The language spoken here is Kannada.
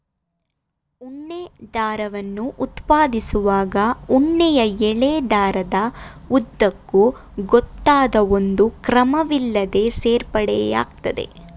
ಉಣ್ಣೆ ದಾರವನ್ನು ಉತ್ಪಾದಿಸುವಾಗ ಉಣ್ಣೆಯ ಎಳೆ ದಾರದ ಉದ್ದಕ್ಕೂ ಗೊತ್ತಾದ ಒಂದು ಕ್ರಮವಿಲ್ಲದೇ ಸೇರ್ಪಡೆ ಆಗ್ತದೆ